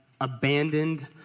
abandoned